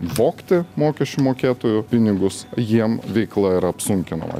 vogti mokesčių mokėtojų pinigus jiem veikla yra apsunkinama